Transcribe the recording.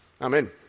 Amen